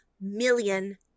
million